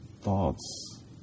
thoughts